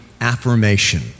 affirmation